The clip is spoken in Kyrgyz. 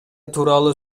тууралуу